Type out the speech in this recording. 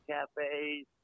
Cafes